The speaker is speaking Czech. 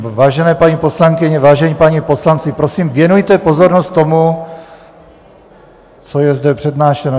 Vážené paní poslankyně, vážení páni poslanci, prosím, věnujte pozornost tomu, co je zde přednášeno.